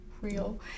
real